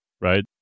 right